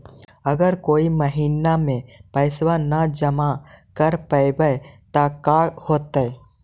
अगर कोई महिना मे पैसबा न जमा कर पईबै त का होतै?